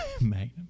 Magnum